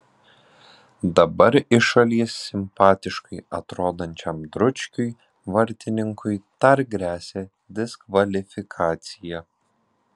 dabar iš šalies simpatiškai atrodančiam dručkiui vartininkui dar gresia diskvalifikacija